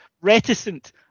Reticent